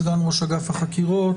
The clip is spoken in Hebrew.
סגן ראש אגף החקירות,